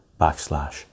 backslash